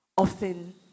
often